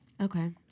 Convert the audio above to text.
Okay